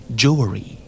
jewelry